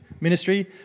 ministry